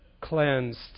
cleansed